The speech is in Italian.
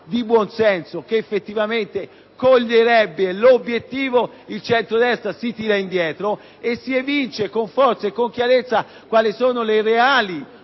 di buonsenso, che effettivamente coglierebbe l'obiettivo, il centrodestra si tira indietro. Si evince con forza e chiarezza quali sono le reali